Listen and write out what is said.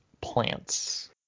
plants